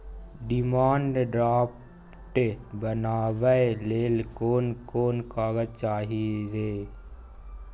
Demand draft बनाबैक लेल कोन कोन कागज चाही रे?